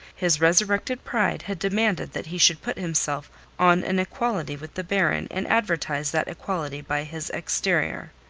his resurrected pride had demanded that he should put himself on an equality with the baron and advertise that equality by his exterior.